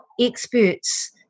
experts